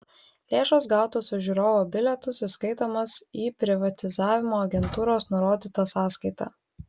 lėšos gautos už žiūrovo bilietus įskaitomos į privatizavimo agentūros nurodytą sąskaitą